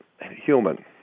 human